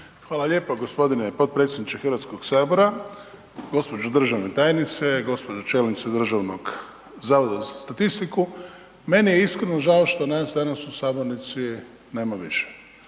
Hvala lijepo g. potpredsjedniče HS, gđo. državna tajnice, gđo. čelnice Državnog zavoda za statistiku. Meni je iskreno žao što nas danas u sabornici nema više